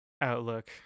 outlook